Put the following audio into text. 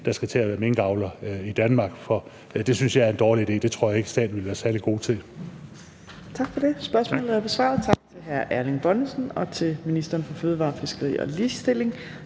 der skal til at være minkavler i Danmark. Det synes jeg er en dårlig idé. Det tror jeg ikke at staten vil være særlig god til. Kl. 15:27 Fjerde næstformand (Trine Torp): Tak for det. Spørgsmålet er besvaret. Tak til hr. Erling Bonnesen og til ministeren for fødevarer, fiskeri og ligestilling.